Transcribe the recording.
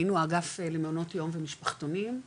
היינו האגף למעונות יום ומשפחתונים,